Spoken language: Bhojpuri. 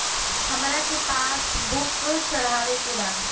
हमरा के पास बुक चढ़ावे के बा?